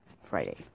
Friday